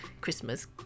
Christmas